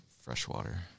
freshwater